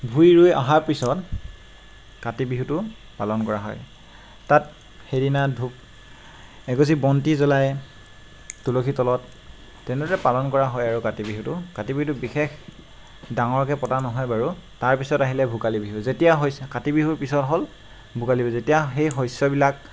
ভূঁই ৰুই অহা পিছত কাতি বিহুটো পালন কৰা হয় তাত সেইদিনা ধূপ এগছি বন্তি জ্বলাই তুলসী তলত তেনেদৰে পালন কৰা হয় আৰু কাতি বিহুটো কাতি বিহুটো বিশেষ ডাঙৰকৈ পতা নহয় বাৰু তাৰপিছত আহিলে ভোগালী বিহু যেতিয়া শস্য কাতি বিহুৰ পিছত হ'ল ভোগালী বিহু যেতিয়া সেই শস্যবিলাক